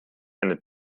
eine